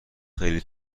خیلی